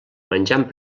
menjant